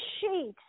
sheet